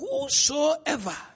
whosoever